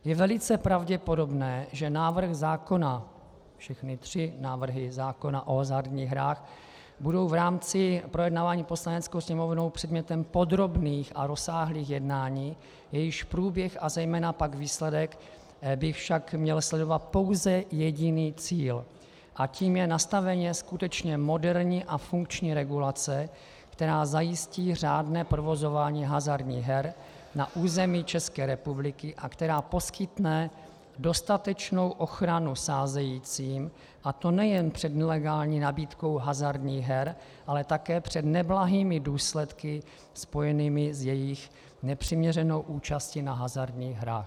Je velice pravděpodobné, že všechny tři návrhy zákona o hazardních hrách budou v rámci projednávání Poslaneckou sněmovnou předmětem podrobných a rozsáhlých jednání, jejichž průběh a zejména pak výsledek by měl sledovat pouze jediný cíl a tím je nastavení skutečně moderní a funkční regulace, která zajistí řádné provozování hazardních her na území České republiky a která poskytne dostatečnou ochranu sázejícím, a to nejen před nelegální nabídkou hazardních her, ale také před neblahými důsledky spojenými s jejich nepřiměřenou účastí na hazardních hrách.